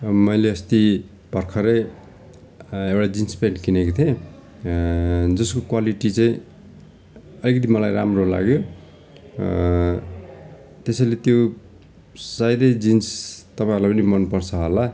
मैले अस्ति भर्खरै एउटा जिन्स प्यान्ट किनेको थिएँ जसको क्वालिटी चाहिँ अलिकति मलाई राम्रो लाग्यो त्यसैले त्यो सायदै जिन्स तपाईँहरूलाई पनि मन पर्छ होला